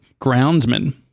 groundsman